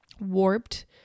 warped